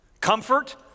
Comfort